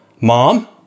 Mom